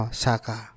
saka